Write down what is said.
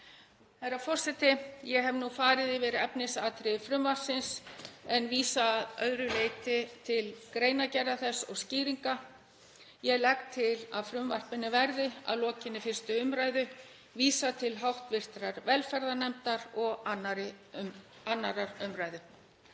Herra forseti. Ég hef nú farið yfir efnisatriði frumvarpsins en vísa að öðru leyti til greinargerðar þess og skýringa. Ég legg til að frumvarpinu verði að lokinni 1. umræðu vísað til hv. velferðarnefndar og 2. umræðu.